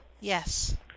Yes